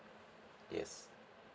yes